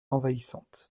envahissante